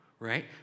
Right